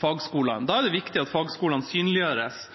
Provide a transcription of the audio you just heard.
fagskolene. Da er det viktig at fagskolene synliggjøres